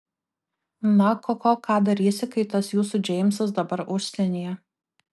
na koko ką darysi kai tas jūsų džeimsas dabar užsienyje